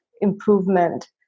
improvement